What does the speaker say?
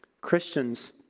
Christians